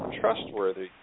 trustworthy